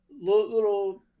little